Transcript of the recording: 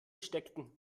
steckten